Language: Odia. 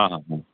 ହଁ ହଁ ହଁ